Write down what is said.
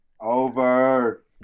Over